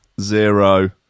zero